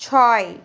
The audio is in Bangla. ছয়